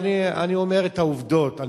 אני אומר את העובדות.